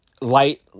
light